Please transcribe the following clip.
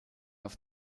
auf